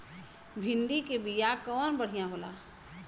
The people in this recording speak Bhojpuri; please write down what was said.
भिंडी के बिया कवन बढ़ियां होला?